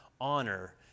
Honor